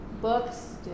books